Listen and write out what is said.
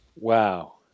Wow